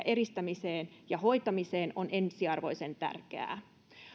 eristämiseen ja hoitamiseen on ensiarvoisen tärkeää